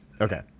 Okay